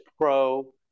pro